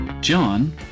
John